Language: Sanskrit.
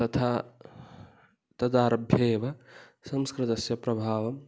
तथा तदारभ्येव संस्कृतस्य प्रभावम्